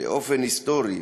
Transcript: באופן היסטורי,